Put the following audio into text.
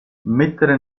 mettere